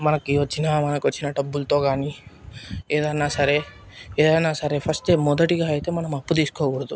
మనకి వచ్చిన మనకు వచ్చిన డబ్బులతో కానీ ఏదైనా సరే ఏదైనా సరే ఫస్టే మొదటిగా అయితే మనం అప్పు తీసుకోకూడదు